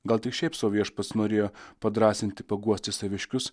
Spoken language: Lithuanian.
gal tik šiaip sau viešpats norėjo padrąsinti paguosti saviškius